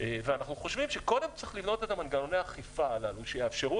ואנחנו חושבים שקודם צריך לבנות את מנגנוני האכיפה הללו שיאפשרו